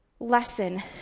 lesson